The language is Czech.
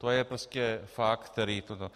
To je prostě fakt, který toto...